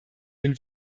den